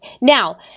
Now